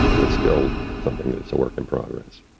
it's still something that's a work in progress.